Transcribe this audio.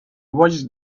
watched